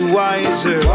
wiser